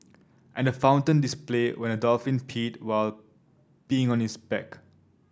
and a fountain display when a dolphin peed while being on his back